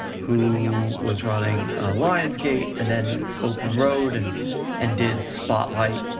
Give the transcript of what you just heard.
who was running lions gate and then open road and and did spotlight,